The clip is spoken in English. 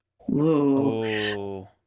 Whoa